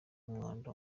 umwanda